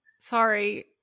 Sorry